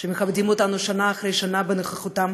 שמכבדים אותנו שנה אחרי שנה בנוכחותם